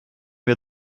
wir